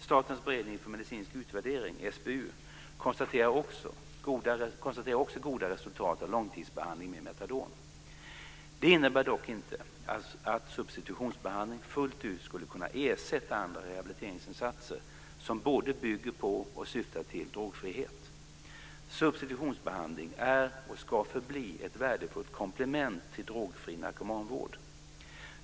Statens beredning för medicinsk utvärdering konstaterar också goda resultat av långtidsbehandling med metadon. Det innebär dock inte att substitutionsbehandling fullt ut skulle kunna ersätta andra rehabiliteringsinsatser som både bygger på och syftar till drogfrihet. Substitutionsbehandling är och ska förbli ett värdefullt komplement till drogfri narkomanvård.